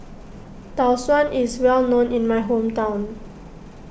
Tau Suan is well known in my hometown